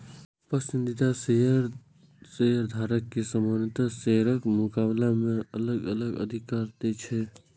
पसंदीदा शेयर शेयरधारक कें सामान्य शेयरक मुकाबला मे अलग अलग अधिकार दै छै